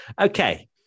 Okay